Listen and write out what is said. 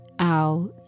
out